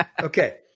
Okay